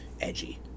edgy